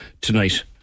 tonight